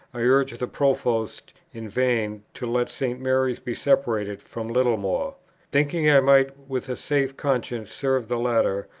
i urged the provost in vain to let st. mary's be separated from littlemore thinking i might with a safe conscience serve the latter,